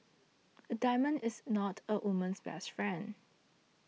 a diamond is not a woman's best friend